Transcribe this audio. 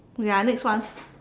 okay ah next one